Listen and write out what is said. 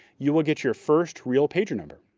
you will get your first real pager number.